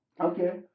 okay